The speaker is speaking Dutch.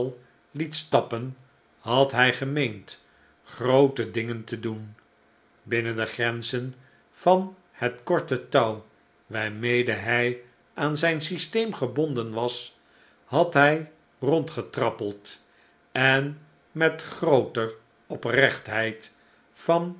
het stappen had hij gemeend groote dingen te doen binnen de grenzen van het korte touw waarmede hij aan zijn systeem gebonden was had hij rondgetrappeld en met grooter oprechtheid van